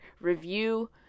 review